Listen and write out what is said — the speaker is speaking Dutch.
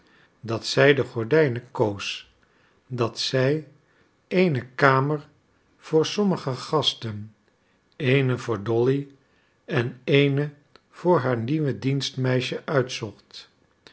dat zij de gordijnen koos dat zij eene kamer voor sommige gasten eene voor dolly en eene voor haar